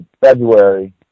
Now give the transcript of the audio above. February